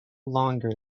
longer